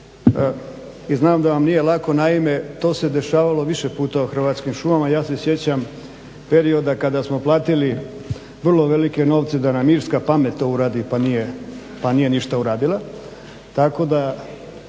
i znam da vam nije lako. Naime, to se dešavalo više puta u Hrvatskim šumama. Ja se sjećam perioda kada smo platili vrlo velike novce da nam irska pamet to uradi pa nije ništa uradila.